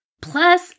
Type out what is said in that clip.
Plus